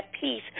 peace